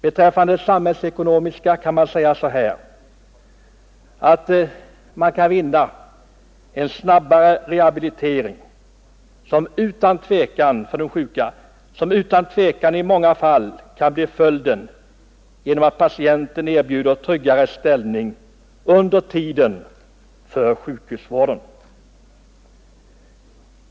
Beträffande det samhällsekonomiska kan man säga så här: Man kan utan tvekan i många fall vinna en snabbare rehabilitering för de sjuka om patienten erbjudes tryggare ställning under tiden för sjukhusvården.